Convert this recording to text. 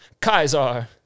Kaisar